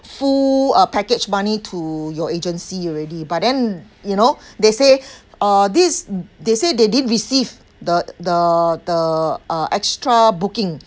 full uh package money to your agency already but then you know they say uh this they say they didn't receive the the the uh extra booking